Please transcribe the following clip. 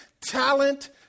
talent